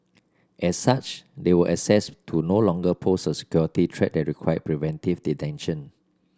as such they were assessed to no longer pose a security threat that required preventive detention